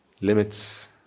limits